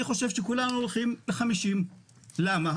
אני חושב שכולנו הולכים ל-50, למה?